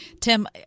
Tim